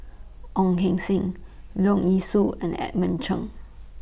Ong Keng Sen Leong Yee Soo and Edmund Cheng